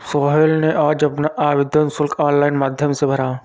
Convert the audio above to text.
सोहेल ने आज अपना आवेदन शुल्क ऑनलाइन माध्यम से भरा